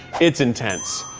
it's intense.